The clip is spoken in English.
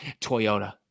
Toyota